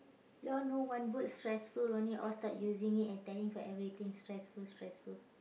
you all know one word stressful only all start using it and telling for everything stressful stressful